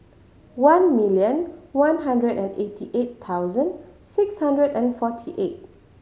one million one hundred and eighty eight thousand six hundred and forty eight